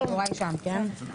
(היו"ר אופיר כץ 09:50)